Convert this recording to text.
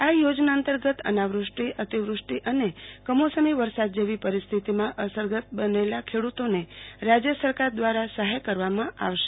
આ યોજના અંતર્ગત અનાવૃષ્ટિ અતિવૃષ્ટિ અને કમોસમી ચ્વારસાદ જેવી પરિસ્થિતિમાં અસરગ્રસ્ત બનેલા ખેડૂતોને રાજ્ય સરકાર દ્વારા સહાય કરવામાં આવશે